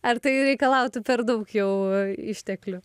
ar tai reikalautų per daug jau išteklių